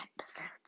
episodes